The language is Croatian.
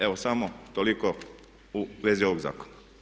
Evo samo toliko u vezi ovog zakona.